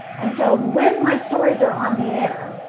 and so when my stories are on the air,